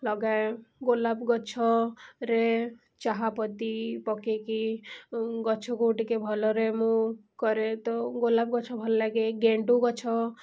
ଲଗାଏ ଗୋଲାପ ଗଛରେ ଚାହା ପତି ପକାଇକି ଗଛକୁ ଟିକେ ଭଲରେ ମୁଁ କରେ ତ ଗୋଲାପ ଗଛ ଭଲ ଲାଗେ ଗେଣ୍ଡୁ ଗଛ